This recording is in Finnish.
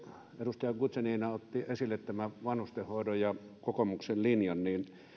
edustaja guzenina otti esille tämän vanhustenhoidon ja kokoomuksen linjan